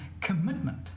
commitment